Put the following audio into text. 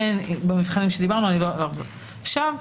ראשית